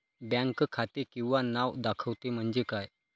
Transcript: Bank खाते किंवा नाव दाखवते म्हणजे काय?